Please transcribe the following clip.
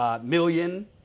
million